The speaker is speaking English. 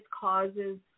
causes